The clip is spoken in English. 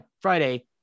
Friday